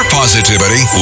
positivity